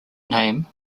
name